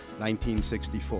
1964